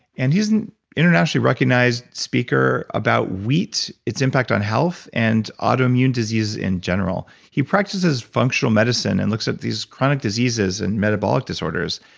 and he's an internationally recognized speaker about wheat, its impact on health, and auto-immune diseases in general. he practices functional medicine and looks at this chronic diseases and metabolic disorders.